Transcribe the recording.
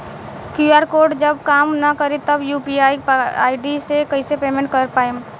QR code जब काम ना करी त यू.पी.आई आई.डी से कइसे पेमेंट कर पाएम?